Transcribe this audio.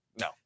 No